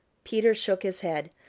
peter shook his head.